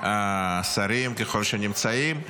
השרים שנמצאים,